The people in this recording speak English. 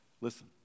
Listen